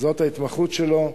זאת ההתמחות שלו,